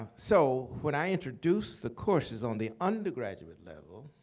so when i introduced the courses on the undergraduate level,